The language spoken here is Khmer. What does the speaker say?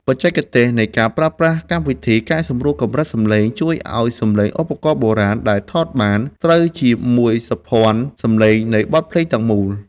បច្ចេកទេសនៃការប្រើប្រាស់កម្មវិធីកែសម្រួលកម្រិតសំឡេង ជួយឱ្យសំឡេងឧបករណ៍បុរាណដែលថតបាន ត្រូវជាមួយសោភ័ណសំឡេងនៃបទភ្លេងទាំងមូល។